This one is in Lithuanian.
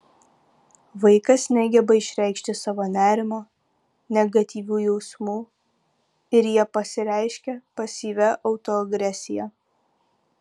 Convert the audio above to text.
vaikas negeba išreikšti savo nerimo negatyvių jausmų ir jie pasireiškia pasyvia autoagresija